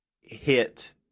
hit